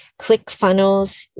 ClickFunnels